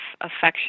affection